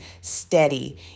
steady